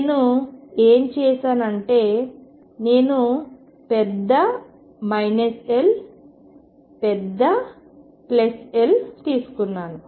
నేను ఏమి చేసాను అంటే నేను పెద్ద L పెద్ద L తీసుకున్నాను